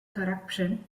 corruption